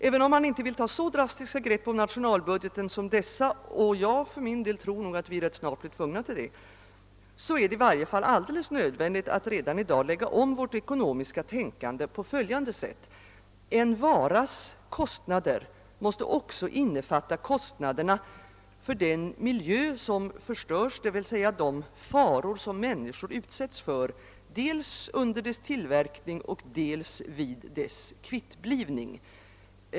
Även om man inte vill anlägga så drastiska synpunkter på nationalbudgeten som dessa — för min del tror jag att vi ganska snart blir tvungna till det — är det i varje fall nödvändigt att redan i dag ändra om vårt ekonomiska tänkande på så sätt att vi i en varas kostnader också innefattar kostnaderna för att förhindra miljöförstöringen, dvs. för att förebygga de faror som människor utsätts för dels under varans tillverkning, dels vid dess kvittblivning.